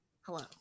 Hello